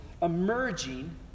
emerging